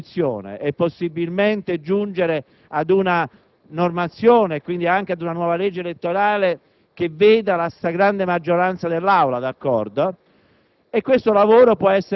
tra maggioranza e opposizione e possibilmente giungere ad una normazione e, quindi, anche ad una nuova legge elettorale che veda la stragrande maggioranza dell'Aula d'accordo.